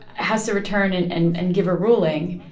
has to return and and and give a ruling.